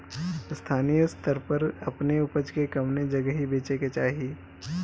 स्थानीय स्तर पर अपने ऊपज के कवने जगही बेचे के चाही?